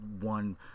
one